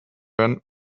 ran